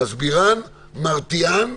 מסבירן, מרתיען,